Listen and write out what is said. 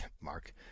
Mark